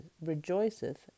rejoiceth